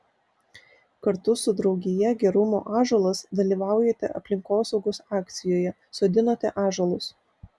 kartu su draugija gerumo ąžuolas dalyvaujate aplinkosaugos akcijoje sodinate ąžuolus